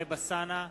טלב אלסאנע,